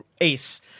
ace